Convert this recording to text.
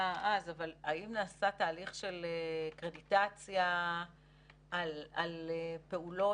--- האם נעשה תהליך של קרדיטציה על פעולות?